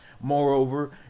Moreover